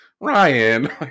Ryan